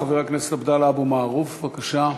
חבר הכנסת עבדאללה אבו מערוף, בבקשה.